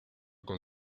con